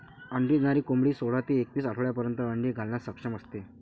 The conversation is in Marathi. अंडी देणारी कोंबडी सोळा ते एकवीस आठवड्यांपर्यंत अंडी घालण्यास सक्षम असते